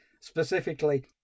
Specifically